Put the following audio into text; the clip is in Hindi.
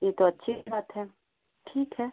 यह तो अच्छी बात है ठीक है